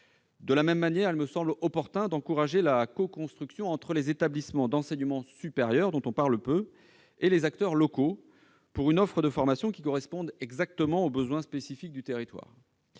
De la même manière, il me semble opportun d'encourager la coconstruction par les établissements d'enseignement supérieur, dont on parle peu, et les acteurs locaux d'une offre de formation qui corresponde exactement aux besoins spécifiques du territoire.